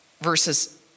versus